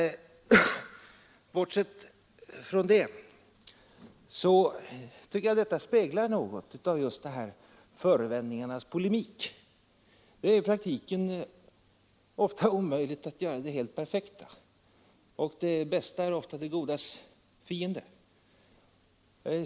Bortsett från det tycker jag emellertid att detta speglar något av just förevändningarnas polemik. Det är i praktiken ofta omöjligt att göra det helt perfekta, och det bästa är ofta det godas fiende.